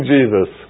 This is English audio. Jesus